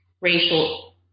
racial